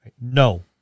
No